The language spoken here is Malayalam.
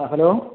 ആ ഹലോ